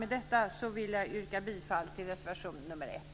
Med detta vill jag yrka bifall till reservation nr 1.